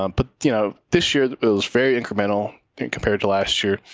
um but you know this year, it was very incremental compared to last year.